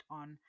on